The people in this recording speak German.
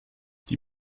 die